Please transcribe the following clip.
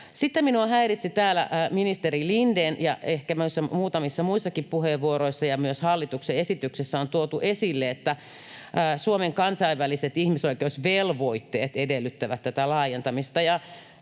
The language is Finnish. minua häiritsi täällä, kun ministeri Lindén ja ehkä muutamissa muissakin puheenvuoroissa ja myös hallituksen esityksessä on tuotu esille, että Suomen kansainväliset ihmisoikeusvelvoitteet edellyttävät tätä laajentamista.